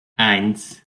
eins